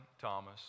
thomas